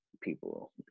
people